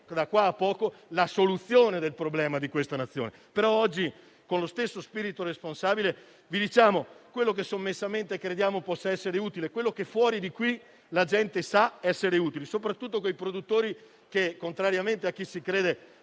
di qui a poco la soluzione del problema di questa Nazione. Oggi però, con lo stesso spirito responsabile, vi diciamo quanto sommessamente crediamo possa essere utile, quello che fuori di qui la gente sa essere utile, soprattutto quei produttori che, contrariamente a chi si crede